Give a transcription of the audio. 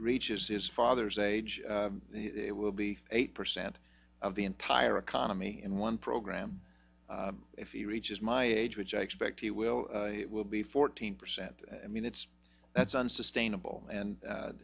reaches his father's age it will be eight percent of the entire economy in one program if he reaches my age which i expect he will will be fourteen percent i mean it's that's unsustainable